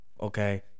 Okay